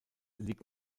liegt